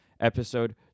Episode